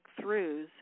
breakthroughs